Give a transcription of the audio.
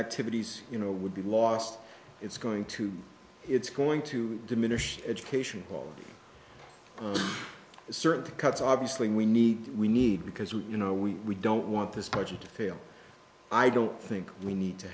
activities you know would be lost it's going to it's going to diminish education quality is certainly cuts obviously we need we need because we you know we we don't want this project to fail i don't think we need to